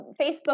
Facebook